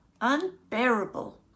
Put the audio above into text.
unbearable